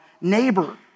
neighbor